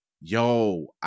yo